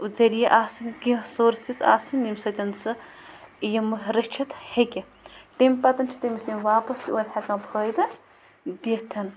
ذریعہ آسٕنۍ کیٚنٛہہ سورسٕس آسٕنۍ ییٚمۍ سۭتۍ سُہ یِمہٕ رٔچھِتھ ہیٚکہِ تٔمۍ پَتَن چھِ تٔمِس یِم واپَس تہِ اورٕ ہٮ۪کان فٲیدٕ دِتھ